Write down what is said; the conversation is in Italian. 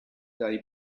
dai